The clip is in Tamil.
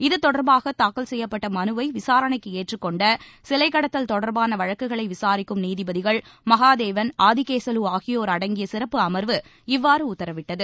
இத்தொடர்பாக தாக்கல் செய்யப்பட்ட மலுவை விசாரணைக்கு ஏற்றுக்கொண்ட சிலை கடத்தல் தொடர்பான வழக்குகளை விசாரிக்கும் நீதிபதிகள் மகாதேவன் ஆதிகேசவலு ஆகியோர் அடங்கிய சிறப்பு அமர்வு இவ்வாறு உத்தரவிட்டது